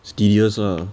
studious ah